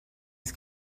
است